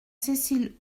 cécile